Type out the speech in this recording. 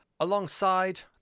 alongside